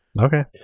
okay